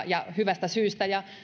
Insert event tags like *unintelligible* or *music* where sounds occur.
*unintelligible* ja hyvästä syystä